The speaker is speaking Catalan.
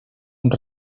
amb